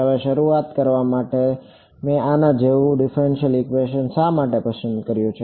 હવે શરૂઆત કરવા માટે મેં આના જેવું ડિફ્રેંશિયલ ઇક્વેશન શા માટે પસંદ કર્યું છે